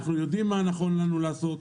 אנחנו יודעים מה נכון לעשות,